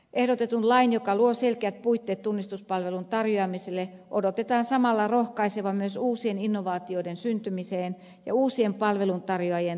ehdotetun lain joka luo selkeät puitteet tunnistuspalvelun tarjoamiselle odotetaan samalla rohkaisevan myös uusien innovaatioiden syntymiseen ja uusien palveluntarjoajien tulemiseen